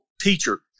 teacher